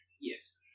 Yes